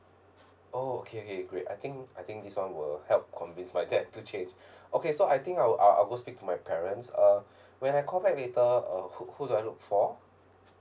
oh okay okay great I think I think this [one] will help convince my dad to change okay so I think I will I'll I'll go speak to my parents uh when I call back later uh who who do I look for